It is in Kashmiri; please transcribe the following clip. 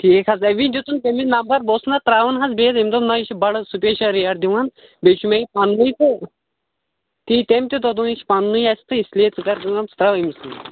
ٹھیٖک حظ تٔمی دِتُم تٔمی نمبر بہٕ اوسُس نا ترٛاوان حظ بیٚیِس أمۍ دوٚپ نہَ یہِ چھُ بڈٕ سُپیشل ریٹ دِوان بیٚیہِ چھُ مےٚ یہِ پنہٕ نُے تہٕ تی تٔمۍ تہِ دوٚپ یہِ چھُ پنہٕ نُے اَسہِ تہٕ اس لیے ژٕ کر کٲم ژٕ ترٛاو أمۍ سٕے